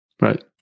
right